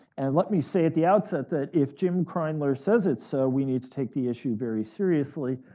and let me say at the outset that if jim kreindler says it's so, we need to take the issue very seriously,